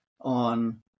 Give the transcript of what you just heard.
on